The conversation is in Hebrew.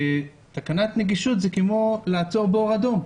תקנת נגישות זה כמו לעצור באור אדום.